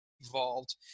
involved